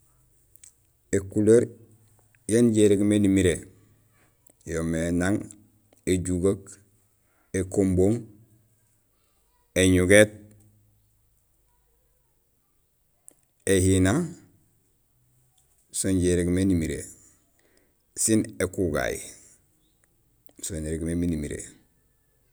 Ékuleer yaan injé irégmé nimiré yoomé nang: éñugét, éjugeek, éhina, ékumbung so injé irégmé nimiré sin ékugay so nirégménimiré.